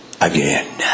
again